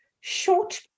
short